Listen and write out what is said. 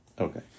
Okay